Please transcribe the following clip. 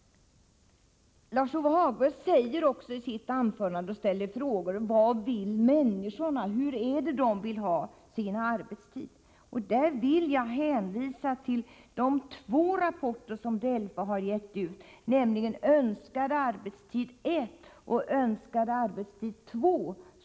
Lars-Ove Hagberg ställde i sitt anförande frågor: Vad vill människorna? Hur vill de ha sin arbetstid? Jag vill därvidlag hänvisa till de två rapporter som DELFA lade fram för bara några dagar sedan, nämligen Önskad arbetstid I och Önskad arbetstid II.